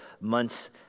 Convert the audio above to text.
months